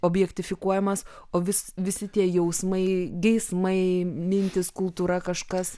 objektifikuojamas o vis visi tie jausmai geismai mintys kultūra kažkas